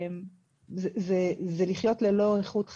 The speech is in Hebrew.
זה לחיות ללא איכות חיים.